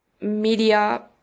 media